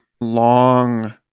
long